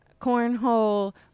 cornhole